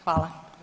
Hvala.